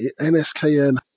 NSKN